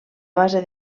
base